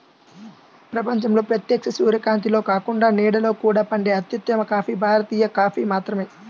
ప్రపంచంలో ప్రత్యక్ష సూర్యకాంతిలో కాకుండా నీడలో కూడా పండే అత్యుత్తమ కాఫీ భారతీయ కాఫీ మాత్రమే